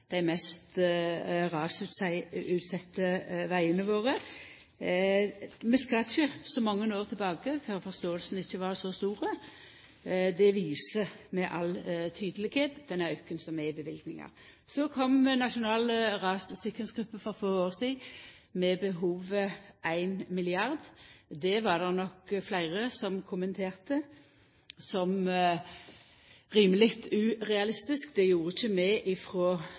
dei mest rasutsette vegane våre. Vi skal ikkje så mange år tilbake før forståinga ikkje var så stor. Det viser med all tydelegheit den auken som er på løyvingane. Så kom Nasjonal rassikringsgruppe for få år sidan med behovet for éin milliard. Det var det nok fleire som kommenterte som rimeleg urealistisk. Det gjorde ikkje